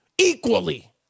Equally